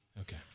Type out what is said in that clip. Okay